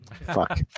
Fuck